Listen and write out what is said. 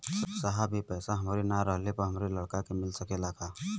साहब ए पैसा हमरे ना रहले पर हमरे लड़का के मिल सकेला का?